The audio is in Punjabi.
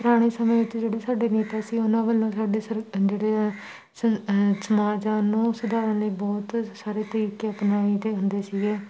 ਪੁਰਾਣੇ ਸਮੇਂ ਵਿੱਚ ਜਿਹੜੇ ਸਾਡੇ ਨੇਤਾ ਸੀ ਉਹਨਾਂ ਵੱਲੋਂ ਸਾਡੇ ਸਰ ਜਿਹੜੇ ਆ ਸ ਸਮਾਜਾਂ ਨੂੰ ਸੁਧਾਰਨ ਲਈ ਬਹੁਤ ਸਾਰੇ ਤਰੀਕੇ ਆਪਣਾਈ ਦੇ ਹੁੰਦੇ ਸੀਗੇ